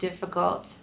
difficult